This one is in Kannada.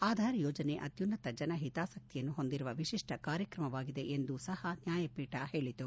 ಆಧಾರ್ ಯೋಜನೆ ಅತ್ನುನ್ನತ ಜನಹಿತಾಸಕ್ತಿಯನ್ನು ಹೊಂದಿರುವ ವಿಶಿಷ್ಠ ಕಾರ್ಯಕ್ರಮವಾಗಿದೆ ಎಂದೂ ಸಹ ನ್ಯಾಯಪೀಠ ಹೇಳತು